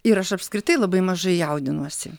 ir aš apskritai labai mažai jaudinuosi